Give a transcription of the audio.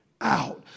out